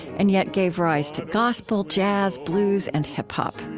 and yet gave rise to gospel, jazz, blues and hip-hop.